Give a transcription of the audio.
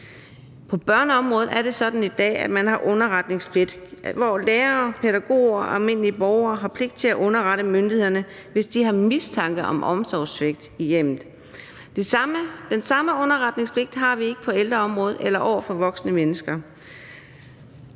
På børneområdet er det sådan i dag, at man har underretningspligt, hvor lærere, pædagoger og almindelige borgere har pligt til at underrette myndighederne, hvis de har mistanke om omsorgssvigt i hjemmet. Den samme underretningspligt har vi ikke på ældreområdet eller over for voksne mennesker,